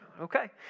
Okay